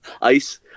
Ice